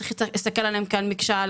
צריך להסתכל עליהם כעל מקשה.